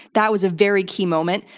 that was a very key moment.